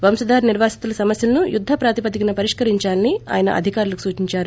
వంశధార నిర్వాసితుల సమస్యలను యుద్ద ప్రాతిపదికన పరిష్కరించాలని అధికారులకు సూచించారు